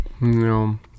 No